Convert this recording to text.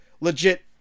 legit